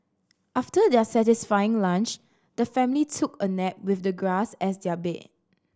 after their satisfying lunch the family took a nap with the grass as their bed